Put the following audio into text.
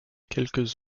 quelques